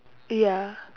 ya